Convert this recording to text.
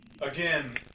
Again